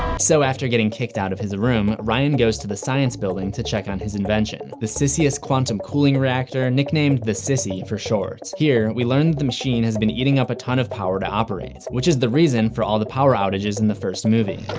so after getting kicked out of his room, ryan goes to the science building to check on his invention, the sisius quantum cooling reactor, nicknamed the sissy for short. here, we learn that the machine has been eating up a ton of power to operate, which is the reason for all the power outages seen in the first movie.